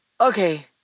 Okay